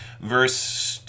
Verse